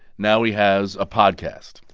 now he has a podcast,